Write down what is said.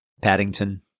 Paddington